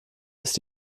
ist